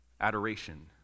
adoration